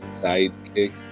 sidekick